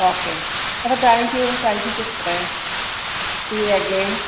okay ആപ്പം thank you thank you സിസ്റ്ററെ see you again